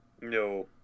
No